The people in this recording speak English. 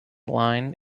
line